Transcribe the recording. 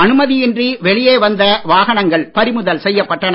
அனுமதியின்றி வெளியே வந்த வாகனங்கள் பறிமுதல் செய்யப்பட்டன